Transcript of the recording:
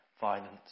violence